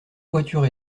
voitures